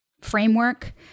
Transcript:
framework